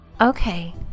Okay